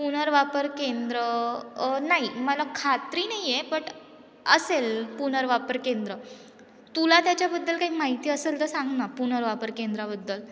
पुनर्वापर केंद्र नाही मला खात्री नाही आहे बट असेल पुनर्वापर केंद्र तुला त्याच्याबद्दल काही माहिती असेल तर सांग ना पुनर्वापर केंद्राबद्दल